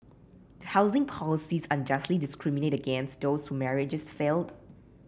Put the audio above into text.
do housing policies unjustly discriminate against those whose marriages failed